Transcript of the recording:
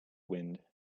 wind